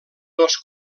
dos